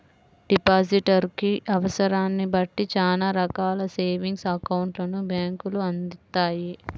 depositor కి అవసరాన్ని బట్టి చానా రకాల సేవింగ్స్ అకౌంట్లను బ్యేంకులు అందిత్తాయి